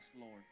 Lord